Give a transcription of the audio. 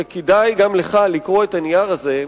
שכדאי גם לך לקרוא את הנייר הזה,